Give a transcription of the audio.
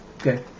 Okay